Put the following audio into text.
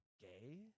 gay